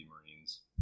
marines